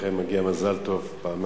לכן, מגיע מזל טוב פעמיים.